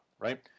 right